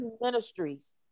Ministries